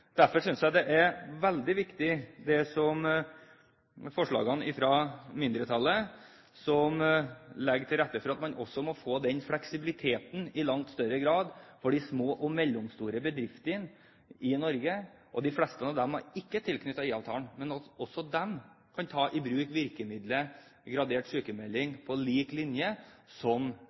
Derfor synes jeg de forslagene fra mindretallet er veldig viktige, og de legger til rette for at man kan få den fleksibiliteten i langt større grad for de små og mellomstore bedriftene i Norge. De fleste av dem er ikke tilknyttet IA-avtalen, men også de kan ta i bruk virkemidlet gradert sykmelding på lik linje